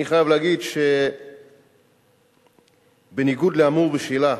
אני חייב להגיד שבניגוד לאמור בשאלה